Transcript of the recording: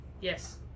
Yes